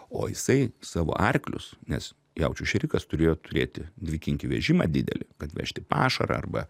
o jisai savo arklius nes jaučių šėrikas turėjo turėti dvikinkį vežimą didelį kad vežti pašarą arba